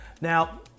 now